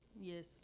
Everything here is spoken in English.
yes